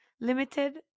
limited